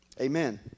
Amen